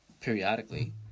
periodically